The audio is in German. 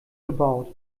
gebaut